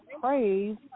praise